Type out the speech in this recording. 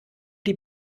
die